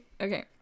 okay